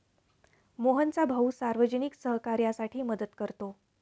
मोहनचा भाऊ सार्वजनिक सहकार्यासाठी मदत करतो